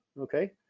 okay